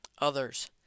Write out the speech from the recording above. others